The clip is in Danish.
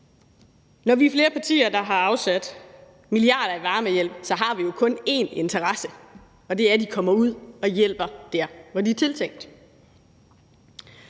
Når vi er flere, der har afsat milliarder til varmehjælp, har vi jo kun én interesse, og det er, at de kommer ud og hjælper dér, hvor de er tiltænkt.